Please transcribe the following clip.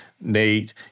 Nate